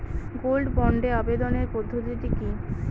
Gold বন্ডে আবেদনের পদ্ধতিটি কি?